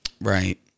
Right